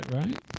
right